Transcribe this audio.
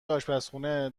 اشپزخونه